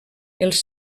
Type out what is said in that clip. els